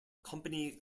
company